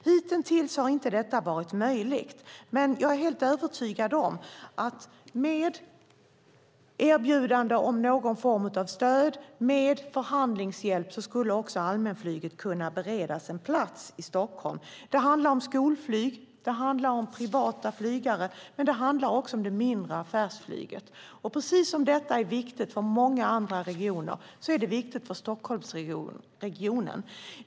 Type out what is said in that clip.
Hitintills har inte detta varit möjligt, men jag är helt övertygad om att med erbjudanden om någon form av stöd och med förhandlingshjälp skulle också allmänflyget kunna beredas en plats i Stockholm. Det handlar om skolflyg, det handlar om privata flygare, men det handlar också om det mindre affärsflyget. Och precis som detta är viktigt för många andra regioner är det viktigt för Stockholmsregionen.